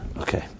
Okay